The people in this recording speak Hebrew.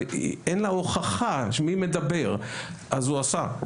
אבל אין לה הוכחה מי מדבר אז הוא עשה,